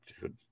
dude